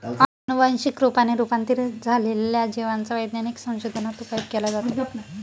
अनुवंशिक रूपाने रूपांतरित झालेल्या जिवांचा वैज्ञानिक संशोधनात उपयोग केला जातो